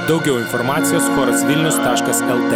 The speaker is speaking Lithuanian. daugiau informacijos choras vilnius taškas lt